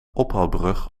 ophaalbrug